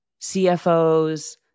CFOs